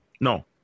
No